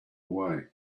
away